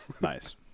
nice